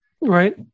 Right